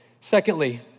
Secondly